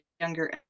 younger